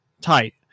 tight